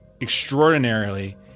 extraordinarily